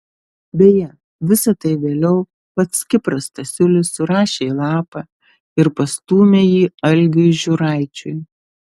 beje visa tai vėliau pats kipras stasiulis surašė į lapą ir pastūmė jį algiui žiūraičiui